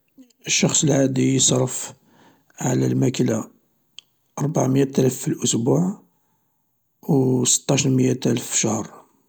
الشخص العادي يصرف على الماكلة ربعميات الف في الأسبوع و سطاش نميات الف في الشهر.